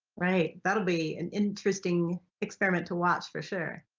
right that'll be an interesting experiment to watch for sure.